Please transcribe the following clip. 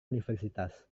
universitas